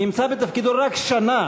נמצא בתפקידו רק שנה